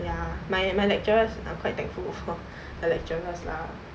ya my my lecturers are quite thankful for the lecturers lah